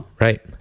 Right